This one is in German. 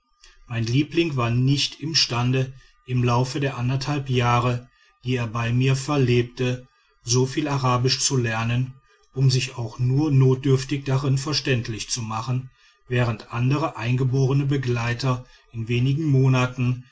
mein liebling war nicht imstande im laufe der anderthalb jahre die er bei mir verlebte soviel arabisch zu lernen um sich auch nur notdürftig darin verständlich zu machen während andere eingeborene begleiter in wenigen monaten